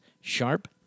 Sharp